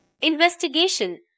Investigation